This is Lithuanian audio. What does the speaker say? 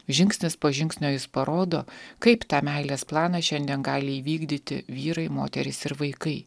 žingsnis po žingsnio jis parodo kaip tą meilės planą šiandien gali įvykdyti vyrai moterys ir vaikai